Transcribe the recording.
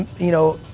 you know,